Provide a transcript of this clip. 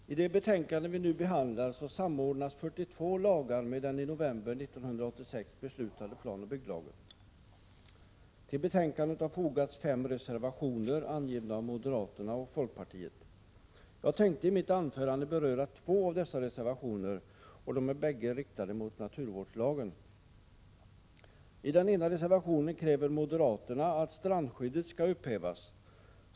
Herr talman! I det betänkande vi nu behandlar samordnas 42 lagar med den i november 1986 beslutade planoch bygglagen. Till betänkandet har fogats fem reservationer, avgivna av moderaterna och folkpartiet. Jag tänkte i mitt anförande beröra två av dessa reservationer. De är båda riktade mot naturvårdslagen. I den ena reservationen kräver moderaterna att strandskyddet skall upphävas.